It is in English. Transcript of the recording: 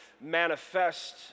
manifest